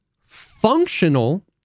functional